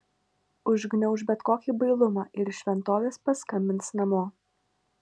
užgniauš bet kokį bailumą ir iš šventovės paskambins namo